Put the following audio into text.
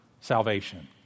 salvation